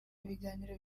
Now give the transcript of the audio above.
ibiganiro